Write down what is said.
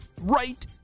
right